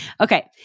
Okay